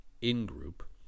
in-group